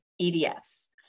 EDS